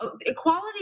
Equality